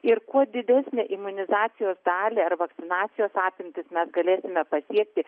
ir kuo didesnę imunizacijos dalį ar vakcinacijos apimtis mes galėsime pasiekti